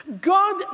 God